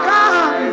Come